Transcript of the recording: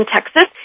Texas